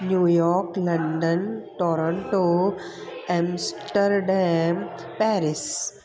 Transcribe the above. New York London Toronto Amsterdam Paris